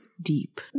deep